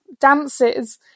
dances